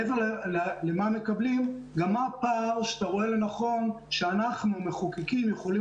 מעבר למה שהם מקבלים גם מה הפער שאתה רואה לנכון שאנחנו המחוקקים יכולים